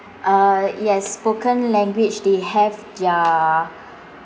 uh yes spoken language they have their